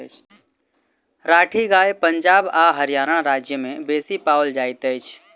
राठी गाय पंजाब आ हरयाणा राज्य में बेसी पाओल जाइत अछि